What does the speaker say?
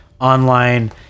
online